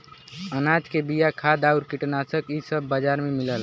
अनाज के बिया, खाद आउर कीटनाशक इ सब बाजार में मिलला